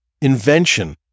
invention